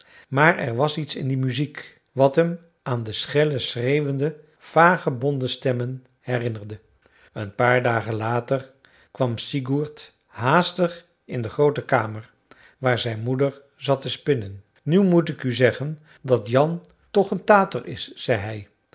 maar er was iets in die muziek wat hem aan de schelle schreeuwende vagebondenstemmen herinnerde een paar dagen later kwam sigurd haastig in de groote kamer waar zijn moeder zat te spinnen nu moet ik u zeggen dat jan toch een tater is zei